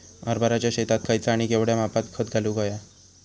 हरभराच्या शेतात खयचा आणि केवढया मापात खत घालुक व्हया?